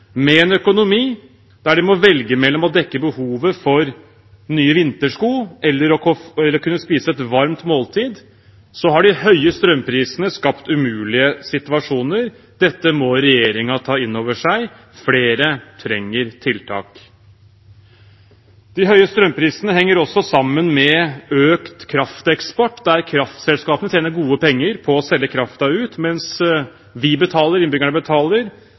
Med en økonomi der de må velge mellom å dekke behovet for nye vintersko og å kunne spise et varmt måltid, har de høye strømprisene skapt umulige situasjoner. Dette må regjeringen ta inn over seg. Flere trenger tiltak. De høye strømprisene henger også sammen med økt krafteksport, der kraftselskapene tjener gode penger på å selge kraften ut, mens vi – innbyggerne – betaler